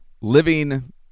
living